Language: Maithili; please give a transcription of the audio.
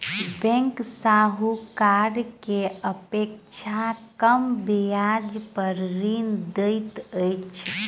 बैंक साहूकार के अपेक्षा कम ब्याज पर ऋण दैत अछि